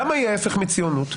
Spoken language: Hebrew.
למה היא ההפך מציונות?